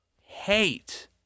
hate